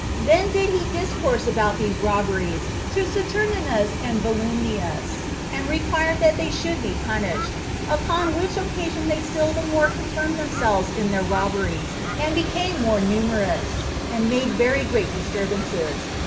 then did he discourse about these robberies to saturninus and volumnius, and required that they should be punished upon which occasion they still the more confirmed themselves in their robberies, and became more numerous, and made very great disturbances,